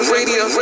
Radio